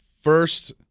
first